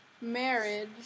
marriage